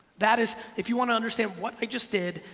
that is if you wanna understand what i just did,